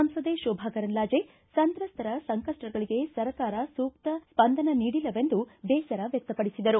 ಸಂಸದೆ ಶೋಭಾ ಕರಂದ್ಲಾಜೆ ಸಂತ್ರಸ್ತರ ಸಂಕಷ್ಟಗಳಿಗೆ ಸರ್ಕಾರ ಸೂಕ್ತ ಸ್ಪಂದನ ನೀಡಿಲ್ಲವೆಂದು ಬೇಸರ ವ್ಯಕ್ತಪಡಿಸಿದರು